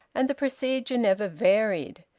and the procedure never varied.